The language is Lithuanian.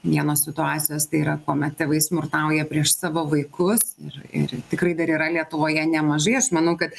vienos situacijos tai yra kuomet tėvai smurtauja prieš savo vaikus ir ir tikrai dar yra lietuvoje nemažai aš manau kad